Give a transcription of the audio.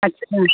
अब तक नहीं